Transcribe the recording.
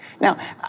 Now